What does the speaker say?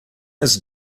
eyes